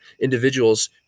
individuals